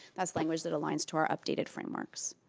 that's language that aligns to our updated frameworks.